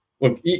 Look